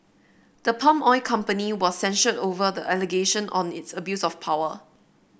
the palm oil company was censured over the allegation on its abuse of power